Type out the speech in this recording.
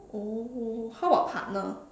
oh how about partner